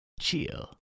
chill